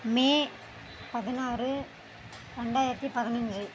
மே பதினாறு ரெண்டாயிரத்தி பதினஞ்சு